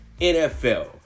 NFL